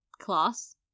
class